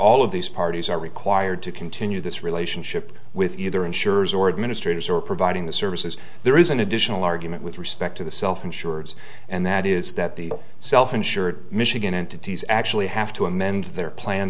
all of these parties are required to continue this relationship with either insurers or administrative or providing the services there is an additional argument with respect to the self insured and that is that the self insured michigan entities actually have to amend their plan